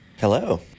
Hello